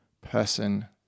person